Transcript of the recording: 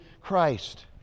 Christ